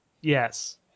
yes